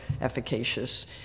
efficacious